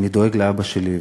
אני דואג לאבא שלי.